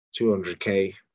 200K